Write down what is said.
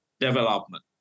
development